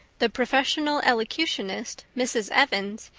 the professional elocutionist, mrs. evans,